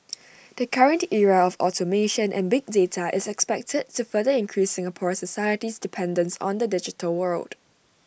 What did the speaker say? the current era of automation and big data is expected to further increase Singapore society's dependence on the digital world